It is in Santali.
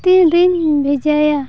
ᱛᱤᱱ ᱨᱤᱧ ᱵᱷᱮᱡᱟᱭᱟ